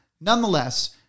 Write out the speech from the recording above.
nonetheless